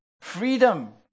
Freedom